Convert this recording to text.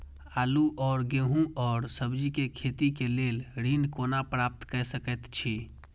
आलू और गेहूं और सब्जी के खेती के लेल ऋण कोना प्राप्त कय सकेत छी?